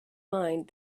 mind